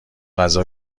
غذا